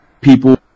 people